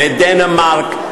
בדנמרק,